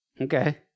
Okay